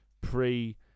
pre